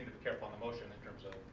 careful on the motion in terms of